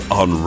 on